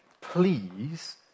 please